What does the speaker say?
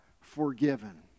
forgiven